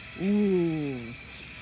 rules